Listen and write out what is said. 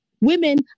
women